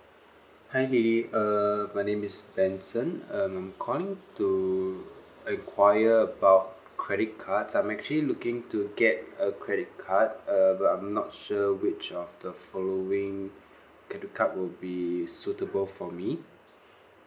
hi lily uh my name is benson I'm calling to enquire about credit cards I'm actually looking to get a credit card uh but I'm not sure which of the following credit card will be suitable for me